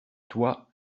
toi